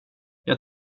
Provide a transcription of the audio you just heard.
jag